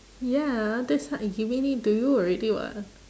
ya that's why I given it to you already [what]